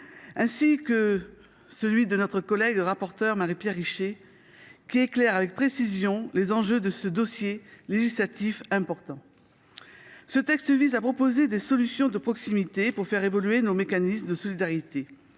ainsi que celui de notre collègue rapporteure, Marie Pierre Richer, qui éclaire avec précision les enjeux de cet important dossier législatif. Ce texte apporte des solutions de proximité pour faire évoluer nos mécanismes de solidarité.